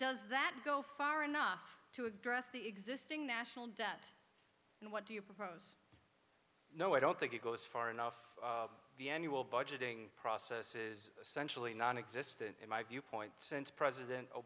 does that go far enough to address the existing national debt and what do you propose no i don't think it goes far enough the annual budgeting process is essentially nonexistent in my view point since president o